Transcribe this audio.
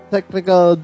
Technical